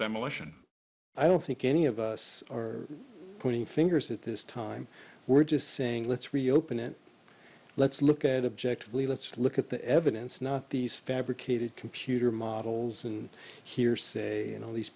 demolition i don't think any of us are pointing fingers at this time we're just saying let's reopen it let's look at objectively let's look at the evidence not these fabricated computer models and hearsay and all these